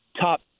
top